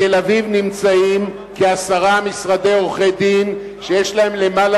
בתל-אביב יש כעשרה משרדי עורכי-דין שיש בהם למעלה